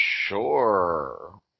sure